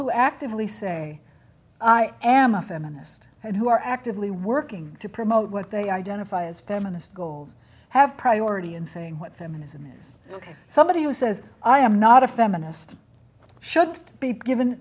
who actively say i am a feminist and who are actively working to promote what they identify as feminist goals have priority in saying what feminism is ok somebody who says i am not a feminist should be given